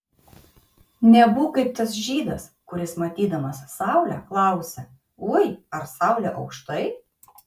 nebūk kaip tas žydas kuris matydamas saulę klausia ui ar saulė aukštai